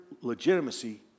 legitimacy